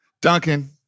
Duncan